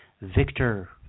Victor